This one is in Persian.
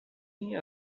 این